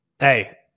Hey